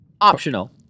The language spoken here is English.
Optional